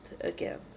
again